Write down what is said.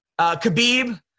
Khabib